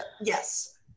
yes